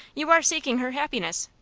you are seeking her happiness.